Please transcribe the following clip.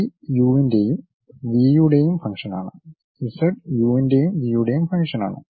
Y U ൻ്റെയും V യുടെയും function ആണ് ഇസഡ് യു ൻ്റെയും വി യുടെയും ഫംഗ്ഷൻ ആണ്